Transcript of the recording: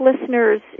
listeners